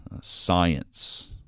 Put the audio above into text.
science